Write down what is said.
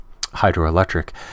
hydroelectric